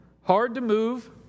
hard-to-move